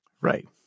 right